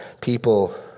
people